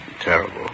Terrible